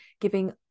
giving